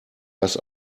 das